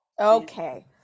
okay